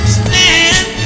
stand